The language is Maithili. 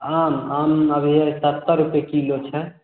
आम आम अभी हय सत्तर रुपए किलो छै